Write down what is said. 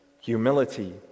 humility